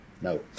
No